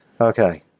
Okay